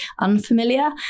unfamiliar